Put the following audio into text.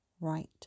right